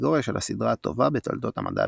בקטגוריה של הסדרה הטובה בתולדות המדע הבדיוני.